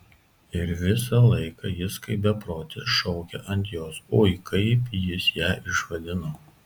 ir visą laiką jis kaip beprotis šaukia ant jos ui kaip jis ją išvadino